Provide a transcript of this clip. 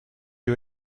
you